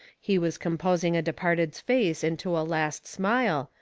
he was composing a departed's face into a last smile,